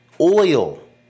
oil